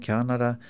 Kanada